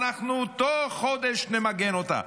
אנחנו תוך חודש נמגן אותה,